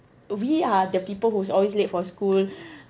we are the people who's always late for school